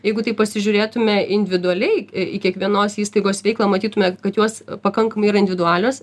jeigu taip pasižiūrėtume individualiai į į kiekvienos įstaigos veiklą matytume kad jos pakankamai yra individualios